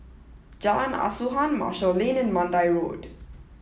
Jalan Asuhan Marshall Lane and Mandai Road